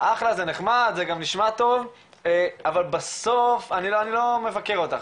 זה נחמד זה גם נשמע טוב אבל בסוף אני לא מבקר אותך.